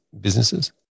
businesses